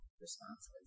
responses